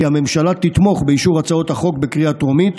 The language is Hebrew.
כי הממשלה תתמוך באישור הצעת החוק בקריאה הטרומית,